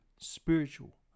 spiritual